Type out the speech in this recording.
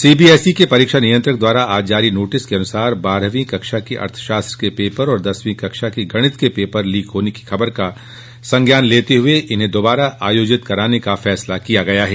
CBSE के परीक्षा नियंत्रक द्वारा आज जारी नोटिस के अनुसार बारहवीं कक्षा के अर्थशास्त्र के पेपर और दसवीं कक्षा के गणित के पेपर लीक होने की खबर का संज्ञान में लेते हुए इन्हें दोबारा आयोजित कराने का फैसला लिया गया है